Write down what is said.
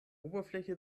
oberfläche